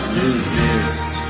resist